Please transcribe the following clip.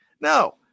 No